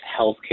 healthcare